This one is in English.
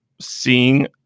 seeing